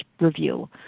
review